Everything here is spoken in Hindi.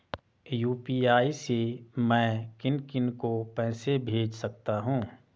यु.पी.आई से मैं किन किन को पैसे भेज सकता हूँ?